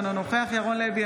אינו נוכח ירון לוי,